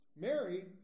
Mary